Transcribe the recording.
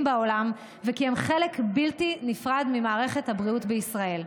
בעולם וכי הם חלק בלתי נפרד ממערכת הבריאות בישראל.